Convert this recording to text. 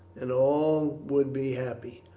and all would be happy.